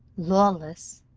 lawless,